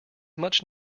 much